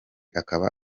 akaba